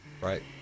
Right